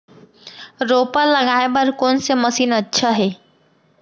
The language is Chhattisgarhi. रोपा लगाय बर कोन से मशीन अच्छा हे?